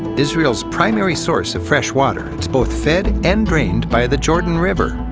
israel's primary source of fresh water, it's both fed and drained by the jordan river.